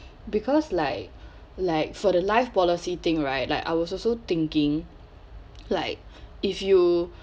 because like like for the life policy thing right like I was also thinking like if you